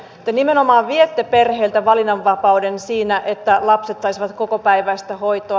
te nimenomaan viette perheeltä valinnanvapauden siinä että lapset saisivat kokopäiväistä hoitoa